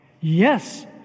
Yes